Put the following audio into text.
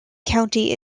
county